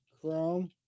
chrome